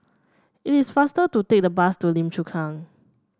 it is faster to take the bus to Lim Chu Kang